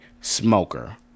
smoker